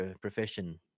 profession